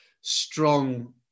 strong